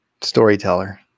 storyteller